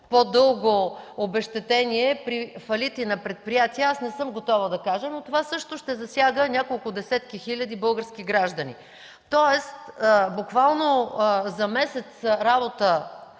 по-дълго обезщетение при фалити на предприятия, аз не съм готова да кажа, но това също ще засяга няколко десетки хиляди български граждани. Тоест буквално за месец работа